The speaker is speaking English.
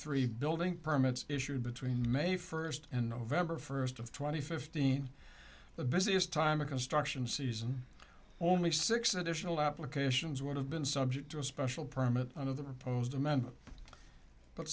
three building permits issued between may first and november first of twenty fifteen the busiest time of construction season only six additional applications would have been subject to a special permit of the proposed amendment but